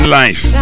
life